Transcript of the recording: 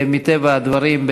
ומטבע הדברים,